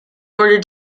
order